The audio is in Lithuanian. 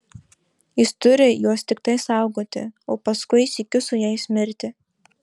jis turi juos tiktai saugoti o paskui sykiu su jais mirti